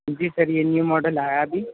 جی sir یہ new model آیا ابھی